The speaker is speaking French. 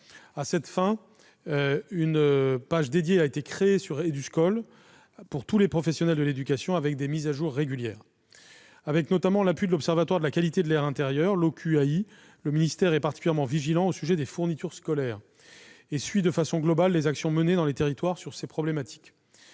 À cette fin, une page dédiée a été créée sur le site Éduscol pour tous les professionnels de l'éducation et fait l'objet de mises à jour régulières. Avec notamment l'appui de l'Observatoire de la qualité de l'air intérieur, l'OQAI, le ministère est particulièrement vigilant au sujet des fournitures scolaires et suit, de façon globale, les actions menées dans les territoires sur ces problématiques.